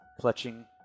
clutching